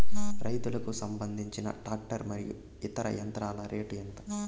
రైతుకు సంబంధించిన టాక్టర్ మరియు ఇతర యంత్రాల రేటు ఎంత?